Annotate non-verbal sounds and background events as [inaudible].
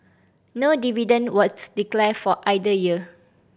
no dividend [unintelligible] declared for either year